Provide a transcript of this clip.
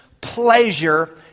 pleasure